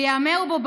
וייאמר בו,